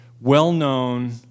well-known